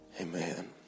Amen